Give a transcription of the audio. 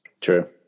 True